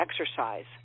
exercise